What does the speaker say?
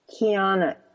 Kiana